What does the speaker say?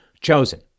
chosen